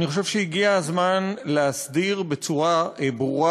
אני חושב שהגיע הזמן להסדיר בצורה ברורה